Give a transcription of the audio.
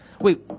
wait